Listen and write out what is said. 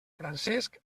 francesc